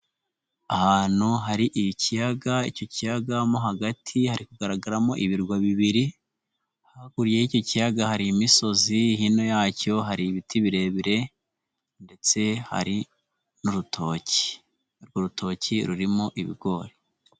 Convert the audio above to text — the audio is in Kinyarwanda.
Ahantu hari ikiyaga, icyo kiyaga mo hagati hari kugaragaramo ibirwa bibiri, hakurya y'ikicyo kiyaga hari imisozi hino yacyo hari ibiti birebire ndetse hari n'urutoki, urutoki rurimo ibigori.